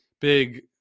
big